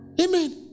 Amen